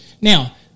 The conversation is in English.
Now